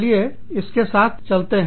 चलिए हम इसके साथ चलते हैं